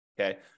Okay